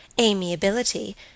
amiability—